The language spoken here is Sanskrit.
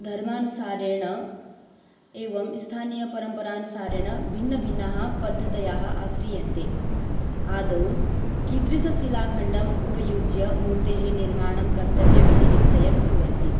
धर्मानुसारेण एवं स्थानीयपरम्परानुसारेण भिन्नभिन्नाः पद्धतयः आश्रियन्ते आदौ कीदृशशिलाखण्डम् उपयुज्य मूर्तेः निर्माणं कर्तव्यमिति निश्चयं कुर्वन्ति